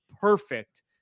perfect